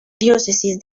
diócesis